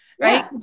right